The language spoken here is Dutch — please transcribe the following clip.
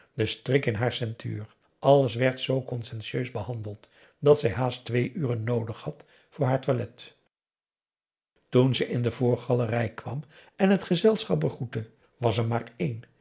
de strik in haar ceinture alles werd zoo conscientieus behandeld dat zij haast twee uren noodig had voor haar toilet toen ze in de voorgalerij kwam en het gezelschap begroette was er maar één